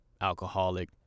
alcoholic